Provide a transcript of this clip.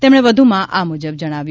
તેમણે વધુમાં આ મુજબ જણાવ્યું